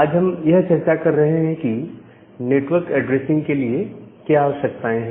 आज हम यह चर्चा कर रहे हैं कि नेटवर्क एड्रेसिंग के लिए क्या आवश्यकताएं हैं